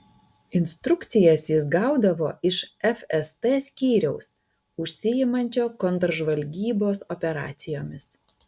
instrukcijas jis gaudavo iš fst skyriaus užsiimančio kontržvalgybos operacijomis